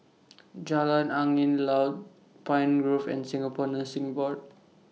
Jalan Angin Laut Pine Grove and Singapore Nursing Board